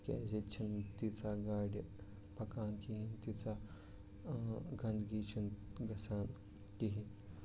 تِکیازِ ییٚتہِ چھِنہٕ تیٖژاھ گاڑِ پَکان کہیٖنۍ گَندگی چھنہٕ گژھان کِہیٖنۍ